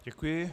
Děkuji.